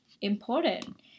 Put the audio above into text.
important